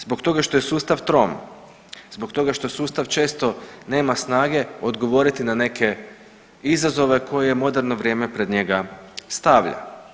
Zbog toga što je sustav trom, zbog toga što sustav često nema snage odgovoriti na neke izazove koje moderno vrijeme pred njega stavlja.